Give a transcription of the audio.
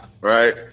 right